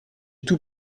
tout